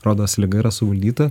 rodos liga yra suvaldyta